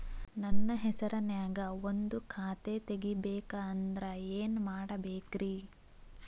ನನ್ನ ಹೆಸರನ್ಯಾಗ ಒಂದು ಖಾತೆ ತೆಗಿಬೇಕ ಅಂದ್ರ ಏನ್ ಮಾಡಬೇಕ್ರಿ?